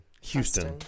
Houston